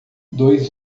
dois